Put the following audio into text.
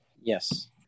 Yes